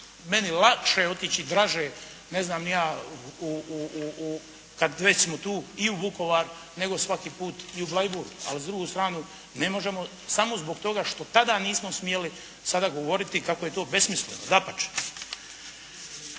meni lakše otići i draže ne znam ni ja u, kad već smo tu, i u Vukovar nego svaki puta i u Bleiburg, ali s druge strane ne možemo samo zbog toga što tada nismo smjeli, sada govoriti da je to besmisleno,